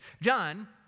John